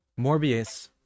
Morbius